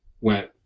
went